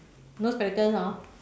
no spectacles hor